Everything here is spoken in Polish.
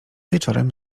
wieczorem